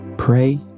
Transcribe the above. Pray